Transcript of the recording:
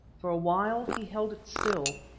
for a while he held it still,